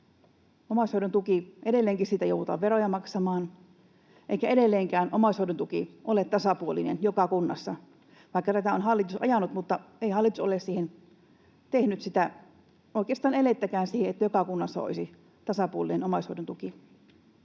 Omaishoidon tuesta edelleenkin joudutaan veroja maksamaan, eikä edelleenkään omaishoidon tuki ole tasapuolinen joka kunnassa. Vaikka tätä on hallitus ajanut, niin ei hallitus ole tehnyt oikeastaan elettäkään siihen, että joka kunnassa olisi tasapuolinen omaishoidon tuki.